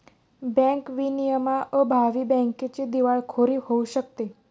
bank विनियमांअभावी बँकेची दिवाळखोरी होऊ शकते